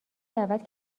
دعوت